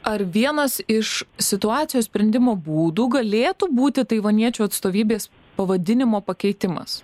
ar vienas iš situacijos sprendimo būdų galėtų būti taivaniečių atstovybės pavadinimo pakeitimas